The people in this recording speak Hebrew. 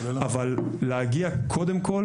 אבל להגיע קודם כל,